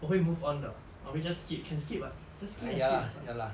我会 move on 的 I will just skip can skip [what] just skip ah skip that part